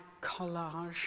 collage